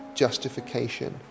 justification